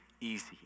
easy